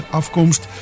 afkomst